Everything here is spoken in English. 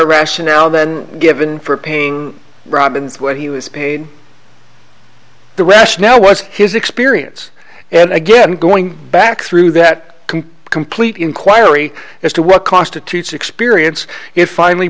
a rationale then given for paying robbins what he was paid the rest now was his experience and again going back through that can complete inquiry as to what constitutes experience it finally